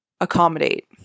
accommodate